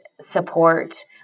support